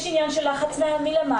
יש עניין של לחץ מלמטה.